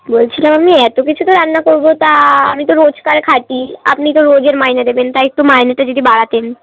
বলছিলাম আমি এত কিছু তো রান্না করব তা আমি তো রোজকার খাটি আপনি তো রোজের মাইনে দেবেন তা একটু মাইনেটা যদি বাড়াতেন